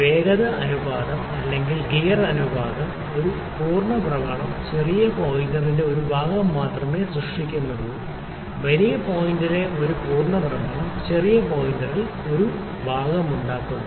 വേഗത അനുപാതം അല്ലെങ്കിൽ ഗിയർ അനുപാതം ഒരു പൂർണ്ണ ഭ്രമണം ചെറിയ പോയിന്ററിൽ ഒരു ഭാഗം മാത്രമേ സൃഷ്ടിക്കുന്നുള്ളൂ വലിയ പോയിന്റിലെ ഒരു പൂർണ്ണ ഭ്രമണം ചെറിയ പോയിന്ററിൽ ഒരു ഭാഗം ഉണ്ടാക്കുന്നു